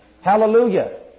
Hallelujah